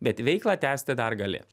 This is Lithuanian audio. bet veiklą tęsti dar gali